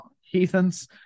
heathens